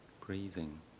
breathing